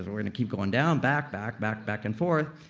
and we're gonna keep going down, back, back, back, back and forth